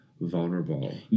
vulnerable